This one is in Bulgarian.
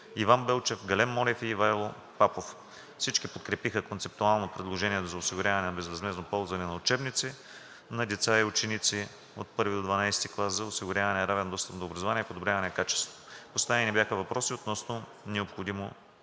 Иван Белчев, Гален Монев и Ивайло Папов. Всички подкрепиха концептуално предложението за осигуряване за безвъзмездно ползване на учебници за всички деца и ученици от 1-ви до 12-и клас, за осигуряване на равен достъп до образование и подобряване на качеството му. Поставени бяха въпроси относно необходимостта